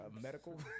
Medical